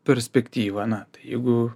perspektyva na tai jeigu